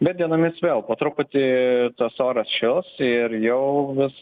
bet dienomis vėl po truputį tas oras šils ir jau vis